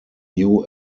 new